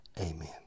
Amen